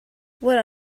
what